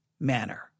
manner